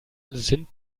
sind